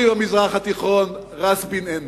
במזרח התיכון, "ראס בין ענכ".